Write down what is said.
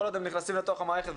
כל עוד הם נכנסים לתוך המערכת,